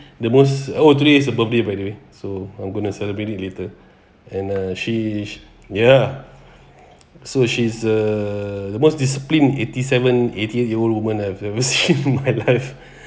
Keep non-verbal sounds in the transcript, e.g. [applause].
the most oh today is her birthday by the way so I'm going to celebrate it later and uh she ya so she's err the most discipline eighty seven eighty eight year old woman I've ever seen in [laughs] my life